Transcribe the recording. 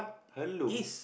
heirloom